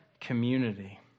community